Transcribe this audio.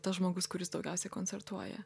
tas žmogus kuris daugiausiai koncertuoja